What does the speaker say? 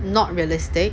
not realistic